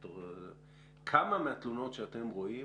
כמה מהתלונות שאתם רואים